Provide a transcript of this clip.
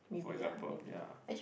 for example ya